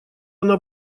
она